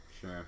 Sure